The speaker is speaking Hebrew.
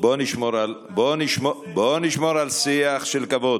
בוא נשמור על שיח של כבוד.